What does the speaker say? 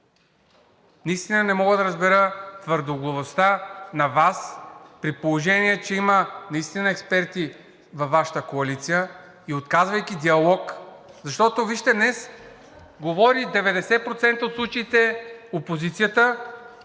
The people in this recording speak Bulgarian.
Наистина не мога да разбера твърдоглавостта на Вас, при положение че има наистина експерти във Вашата коалиция, и отказвайки диалог, защото вижте, днес говорят 90% от случаите. Опозицията,